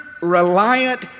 reliant